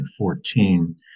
2014